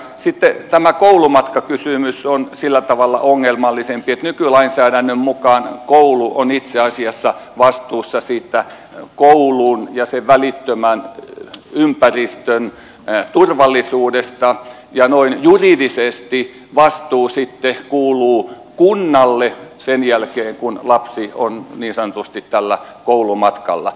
sitten tämä koulumatkakysymys on sillä tavalla ongelmallisempi että nykylainsäädännön mukaan koulu on itse asiassa vastuussa siitä koulun ja sen välittömän ympäristön turvallisuudesta ja noin juridisesti vastuu kuuluu kunnalle sen jälkeen kun lapsi on niin sanotusti tällä koulumatkalla